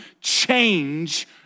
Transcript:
change